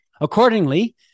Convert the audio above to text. Accordingly